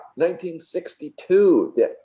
1962